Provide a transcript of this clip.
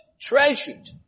treasured